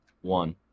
one